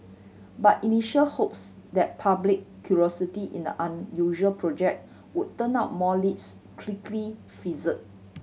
but initial hopes that public curiosity in the unusual project would turn up more leads quickly fizzled